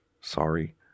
Sorry